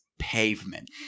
pavement